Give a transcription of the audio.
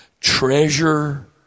Treasure